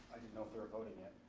i didn't know if we were voting yet.